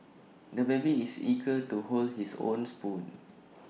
the baby is eager to hold his own spoon